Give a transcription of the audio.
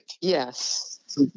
Yes